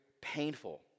painful